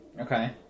okay